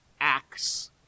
acts